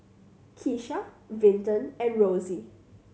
Keesha Vinton and Rossie